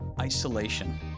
Isolation